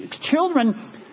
children